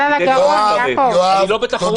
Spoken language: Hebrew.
אומר שבוועדה